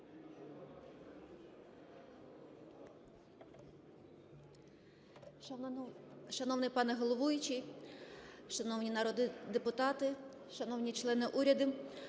Шановний пане головуючий, шановні народні депутати, шановні члени уряду!